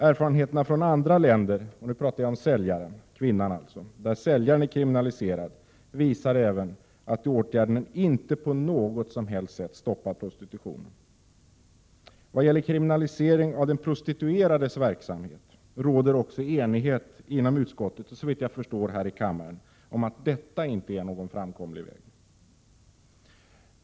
Erfarenheter från andra länder, där säljaren är kriminaliserad, visar även att åtgärderna inte på något som helst sätt stoppar prostitutionen. Vad gäller kriminalisering av den prostituerades verksamhet råder också enighet inom utskottet — och såvitt jag förstår också i kammaren — om att detta inte är någon framkomlig väg.